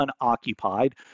unoccupied